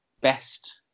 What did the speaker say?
best